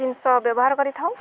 ଜିନିଷ ବ୍ୟବହାର କରିଥାଉ